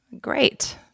Great